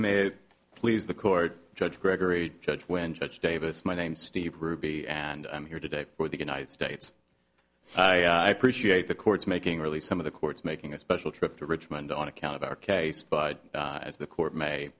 may please the court judge gregory judge when judge davis my name's steve ruby and i'm here today for the united states i appreciate the courts making really some of the court's making a special trip to richmond on account of our case but as the court may